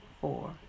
four